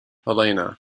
helena